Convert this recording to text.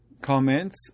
comments